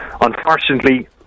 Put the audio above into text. Unfortunately